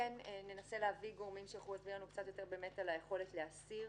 כן ננסה להביא גורמים שיוכלו להסביר לנו קצת יותר על היכולת להסיר